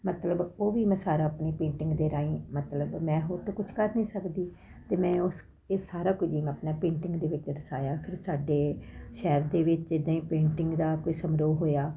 ਮਤਲਬ ਉਹ ਵੀ ਮੈਂ ਸਾਰਾ ਆਪਣੀ ਪੇਟਿੰਗ ਦੇ ਰਾਹੀਂ ਮਤਲਬ ਮੈਂ ਹੋਰ ਤੋਂ ਕੁਝ ਕਰ ਨਹੀਂ ਸਕਦੀ ਤੇ ਮੈਂ ਉਸ ਇਹ ਸਾਰਾ ਕੁਝ ਵੀ ਆਪਣਾ ਪੇਂਟਿੰਗ ਦੇ ਵਿੱਚ ਦਰਸਾਇਆ ਫਿਰ ਸਾਡੇ ਸ਼ਹਿਰ ਦੇ ਵਿੱਚ ਇਦਾਂ ਹੀ ਪੇਂਟਿੰਗ ਦਾ ਕੋਈ ਸਮਰੋਹ ਹੋਇਆ